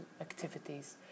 activities